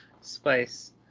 spice